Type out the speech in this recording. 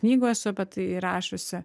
knygas apie tai rašiusi